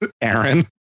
Aaron